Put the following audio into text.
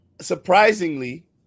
Surprisingly